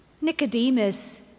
Nicodemus